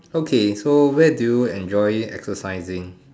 okay so where do you enjoy exercising